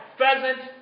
pheasant